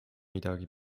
midagi